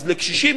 אז, לקשישים